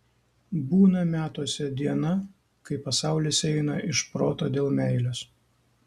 būna metuose diena kai pasaulis eina iš proto dėl meilės